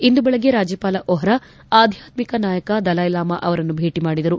ಇಂದು ಬೆಳಗ್ಗೆ ರಾಜ್ಯಪಾಲ ವ್ಹೋರಾ ಆಧ್ಯಾತ್ಮಿಕ ನಾಯಕ ದಲೈಲಾಮಾ ಅವರನ್ನು ಭೇಟ ಮಾಡಿದರು